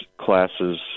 classes